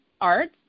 Arts